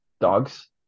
Dogs